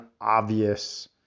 obvious